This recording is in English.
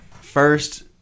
First